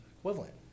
equivalent